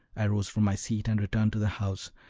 i rose from my seat and returned to the house,